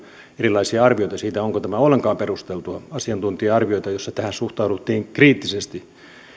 erilaisia arvioita siitä onko tämä ollenkaan perusteltua asiantuntija arvioita joissa tähän suhtauduttiin kriittisesti